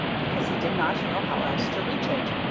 because he did not know how else to reach it.